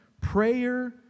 prayer